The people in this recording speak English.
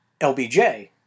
LBJ